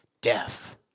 death